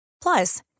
Plus